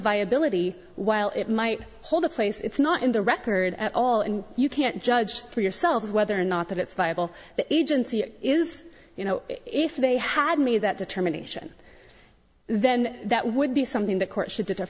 viability while it might hold the place it's not in the record at all and you can't judge for yourselves whether or not that it's viable that agency is you know if they had me that determination then that would be something the court should defer